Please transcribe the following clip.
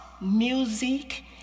music